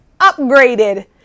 upgraded